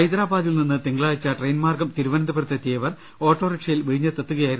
ഹൈദരാബാദിൽ നിന്ന് തിങ്കളാഴ്ച ട്രെയിൻ മാർഗ്ഗം തിരു വനന്തപുരത്തെത്തിയ ഇവർ ഓട്ടോറിക്ഷയിൽ വിഴിഞ്ഞത്തെത്തുകയായിരുന്നു